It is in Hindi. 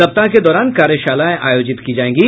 सप्ताह के दौरान कार्यशालाएं आयोजित की जाएंगी